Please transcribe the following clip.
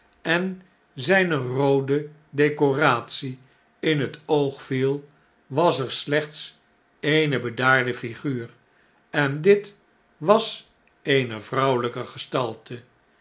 en zijne roode decoratie in het oog viel was er slechts eene bedaarde figuur en dit was eene vrouweljjke gestalte